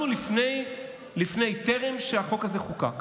טרם שהחוק הזה חוקק,